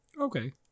Okay